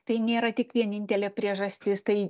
tai nėra tik vienintelė priežastis tai